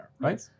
right